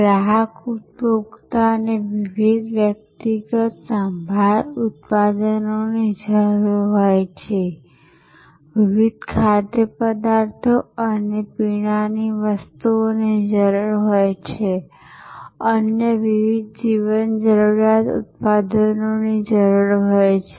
ગ્રાહક ઉપભોક્તાને વિવિધ વ્યક્તિગત સંભાળ ઉત્પાદનોની જરૂર હોય છે વિવિધ ખાદ્યપદાર્થો અને પીણાની વસ્તુઓની જરૂર હોય છે અન્ય વિવિધ જીવન જરૂરિયાત ઉત્પાદનોની જરૂર હોય છે